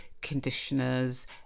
conditioners